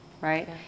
right